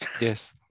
Yes